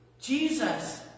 Jesus